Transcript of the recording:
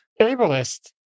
Ableist